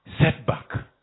setback